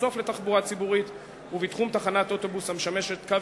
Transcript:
במסוף לתחבורה ציבורית ובתחום תחנת אוטובוס המשמשת קו